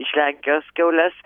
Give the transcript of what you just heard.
iš lenkijos kiaules